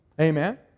amen